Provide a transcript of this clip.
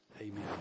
Amen